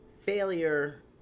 failure